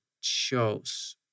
chose